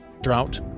drought